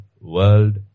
world